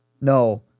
No